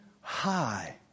high